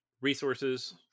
resources